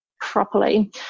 properly